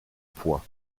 pois